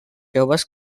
joves